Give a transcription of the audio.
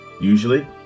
usually